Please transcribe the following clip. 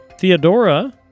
Theodora